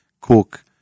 cook